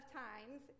times